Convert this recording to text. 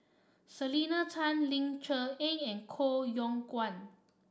Selena Tan Ling Cher Eng and Koh Yong Guan